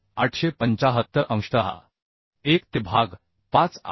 875 अंशतः 1 ते भाग 5 आय